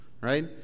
right